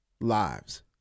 lives